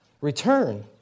Return